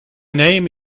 name